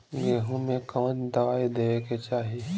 गेहूँ मे कवन दवाई देवे के चाही?